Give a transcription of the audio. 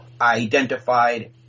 identified